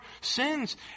sins